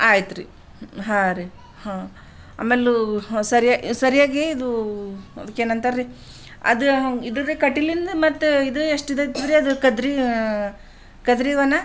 ಆಯ್ತು ರಿ ಹಾಂ ರೀ ಹಾಂ ಆಮೆಲೂ ಸರಿಯಾ ಸರಿಯಾಗಿ ಇದು ಅದಕ್ಕೇನಂತಾರ್ರೀ ಅದು ಇದುರೀ ಕಟೀಲಿಂದು ಮತ್ತು ಇದು ಎಷ್ಟು ಇದು ಆಯ್ತದ ರಿ ಕದ್ರೀ ಕದ್ರೀವನ